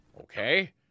Okay